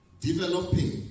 Developing